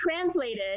Translated